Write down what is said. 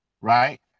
right